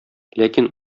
ләкин